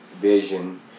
vision